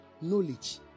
Knowledge